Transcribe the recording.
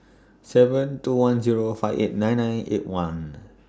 seven two one Zero five eight nine nine eight one